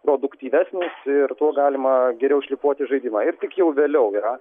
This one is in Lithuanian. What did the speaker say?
produktyvesnis ir tuo galima geriau šlifuoti žaidimą ir tik jau vėliau yra